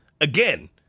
again